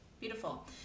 Beautiful